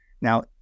Now